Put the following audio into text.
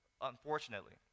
unfortunately